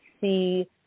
see